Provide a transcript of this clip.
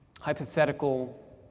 hypothetical